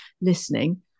listening